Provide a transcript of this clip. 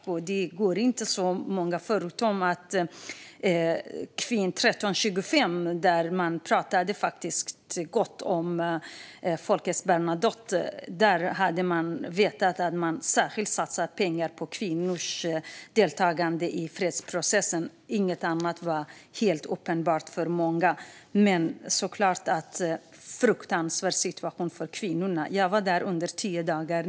När det gäller resolution 1325 talade man faktiskt gott om Folke Bernadotte. Man visste att det särskilt satsades pengar på kvinnors deltagande i fredsprocessen. Inget annat var helt uppenbart för många. Men det är såklart en fruktansvärd situation för kvinnorna. Jag var där under tio dagar.